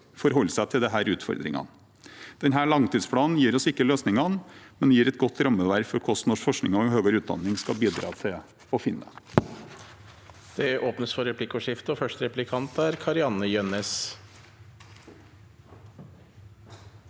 forholde seg til disse utfordringene. Denne langtidsplanen gir oss ikke løsningene, men gir et godt rammeverk for hvordan norsk forskning og høyere utdanning skal bidra til å finne